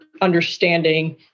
understanding